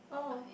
oh